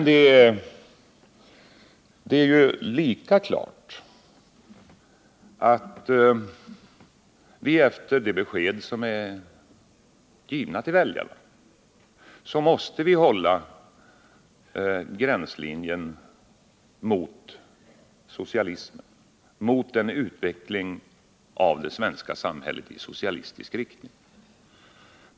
Det är lika klart att vi, enligt de besked som är givna till väljarna, måste hålla gränslinjen mot socialismen, mot en utveckling av det svenska samhället i socialistisk riktning.